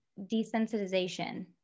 desensitization